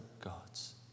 gods